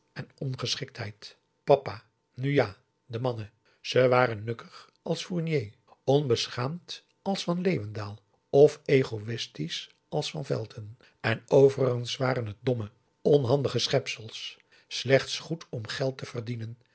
en ongeschiktheid papa nu ja de mannen ze waren nukkig als fournier onbeschaamd als van leeuwendaal of egoïstisch ala van velton en overigens waren het domme onhandige schepsels slechts goed om geld te verdienen